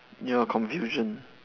you are confusion